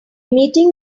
meeting